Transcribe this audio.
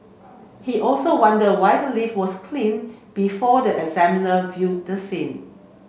he also wondered why the lift was cleaned before the examiner viewed the scene